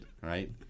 Right